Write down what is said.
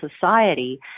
society